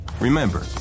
Remember